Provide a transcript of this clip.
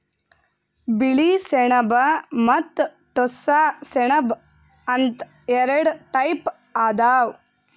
ಬಿಳಿ ಸೆಣಬ ಮತ್ತ್ ಟೋಸ್ಸ ಸೆಣಬ ಅಂತ್ ಎರಡ ಟೈಪ್ ಅದಾವ್